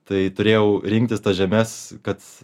tai turėjau rinktis tas žemes kad